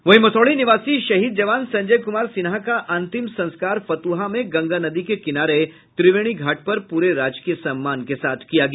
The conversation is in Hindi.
वहीं मसौढ़ी निवासी शहीद जवान संजय कुमार सिन्हा का अंतिम संस्कार फतुहा में गंगा नदी के किनारे त्रिवेणी घाट पर पूरे राजकीय सम्मान के साथ किया गया